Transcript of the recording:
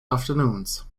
afternoons